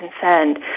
concerned